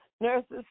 nurses